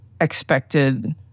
expected